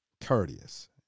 courteous